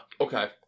Okay